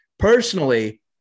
Personally